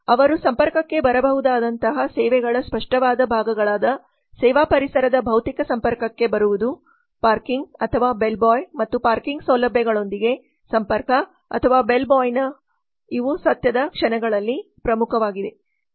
ಅವರು ಸಂಪರ್ಕಕ್ಕೆ ಬರಬಹುದಾದಂತಹ ಸೇವೆಗಳ ಸ್ಪಷ್ಟವಾದ ಭಾಗಗಳಾದ ಸೇವಾಪರಿಸರದ ಭೌತಿಕ ಸಂಪರ್ಕಕ್ಕೆ ಬರುವುದು ಪಾರ್ಕಿಂಗ್ ಅಥವಾ ಬೆಲ್ಬಾಯ್ ಮತ್ತು ಪಾರ್ಕಿಂಗ್ ಸೌಲಭ್ಯಗಳೊಂದಿಗೆ ಸಂಪರ್ಕ ಅಥವಾ ಬೆಲ್ಬಾಯ್ನ ಇವು ಸತ್ಯದ ಕ್ಷಣಗಳಲ್ಲಿ ಪ್ರಮುಖವಾಗಿದೆ